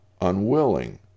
unwilling